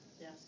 Yes